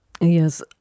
Yes